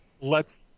lets